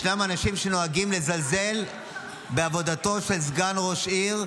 יש אנשים שנוהגים לזלזל בעבודתו של סגן ראש עיר,